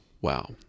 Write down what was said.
Wow